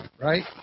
right